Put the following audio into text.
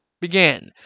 began